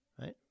Right